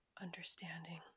understanding